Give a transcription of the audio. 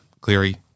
Cleary